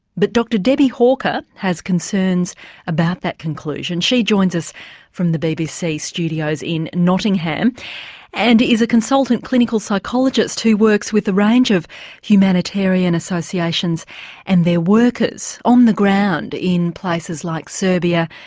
but dr debbie hawker has concerns about that conclusion. she joins us from the bbc studios in nottingham and is a consultant clinical psychologist who works with a range of humanitarian associations and their workers on the ground in places like serbia,